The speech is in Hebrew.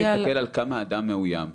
אני מסתכל על כמה האדם מאוים,